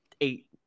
eight